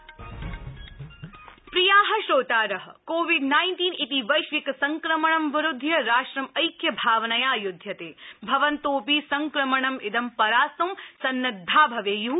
Covid आपनिंग प्रियाश्रोतार covid nineteen इति वैश्विक संक्रमणं विरुध्य राष्ट्रं ऐक्यभावनया युध्यता भवन्तोऽपि संक्रमणं इदं परास्तुं सन्नद्वादकं